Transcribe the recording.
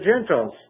Gentiles